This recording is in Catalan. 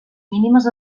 mínimes